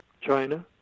China